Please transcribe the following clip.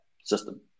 system